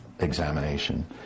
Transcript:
examination